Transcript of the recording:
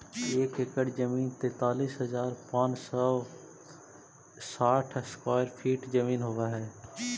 एक एकड़ जमीन तैंतालीस हजार पांच सौ साठ स्क्वायर फीट जमीन होव हई